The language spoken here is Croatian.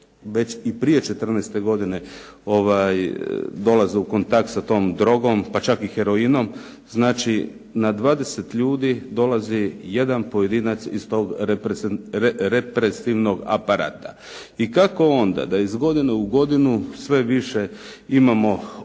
već i prije 14 godine dolaze u kontakt sa tom drogom pa čak i heroinom, znači na 20 ljudi dolazi jedan pojedinac iz tog represivnog aparata. I kako onda da iz godine u godinu sve više imamo opijata